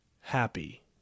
happy